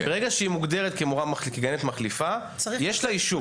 ברגע שהיא מוגדרת כגננת מחליפה, יש לה אישור.